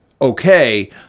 okay